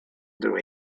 ydw